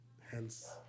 hence